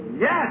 Yes